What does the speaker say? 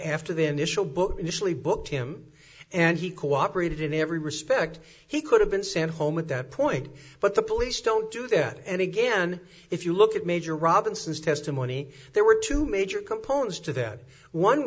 after the initial book initially booked him and he cooperated in every respect he could have been sent home at that point but the police don't do that and again if you look at major robinson's testimony there were two major components to that one